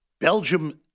Belgium